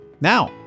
now